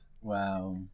Wow